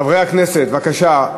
חברי הכנסת, בבקשה.